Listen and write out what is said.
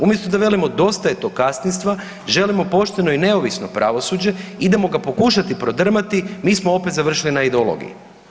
Umjesto da velimo dosta je tog kastinstva, želimo pošteno i neovisno pravosuđe, idemo ga pokušati prodrmati, mi smo opet završili na ideologiji.